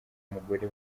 umugore